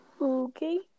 Okay